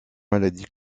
maladies